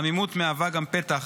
העמימות מהווה גם פתח